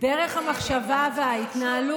דרך המחשבה וההתנהלות,